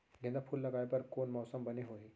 गेंदा फूल लगाए बर कोन मौसम बने होही?